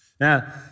Now